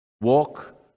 Walk